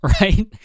right